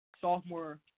Sophomore